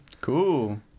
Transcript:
Cool